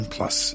Plus